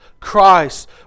Christ